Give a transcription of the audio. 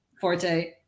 forte